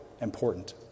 important